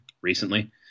recently